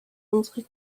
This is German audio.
unsere